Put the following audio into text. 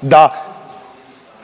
da